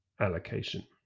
allocation